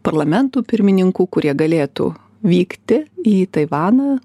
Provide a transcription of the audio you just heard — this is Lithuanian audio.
parlamentų pirmininkų kurie galėtų vykti į taivaną